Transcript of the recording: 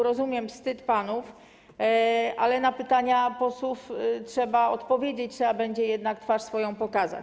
Rozumiem wstyd panów, ale na pytania posłów trzeba odpowiedzieć, trzeba będzie jednak pokazać swoją twarz.